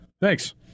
Thanks